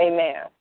Amen